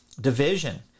Division